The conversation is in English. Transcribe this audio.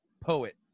poet